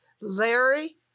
Larry